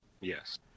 Yes